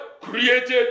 created